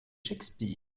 shakespeare